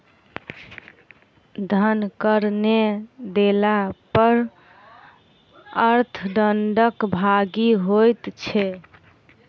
धन कर नै देला पर अर्थ दंडक भागी होइत छै